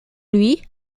lui